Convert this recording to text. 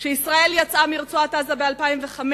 שישראל יצאה מרצועת-עזה ב-2005?